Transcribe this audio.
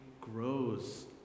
grows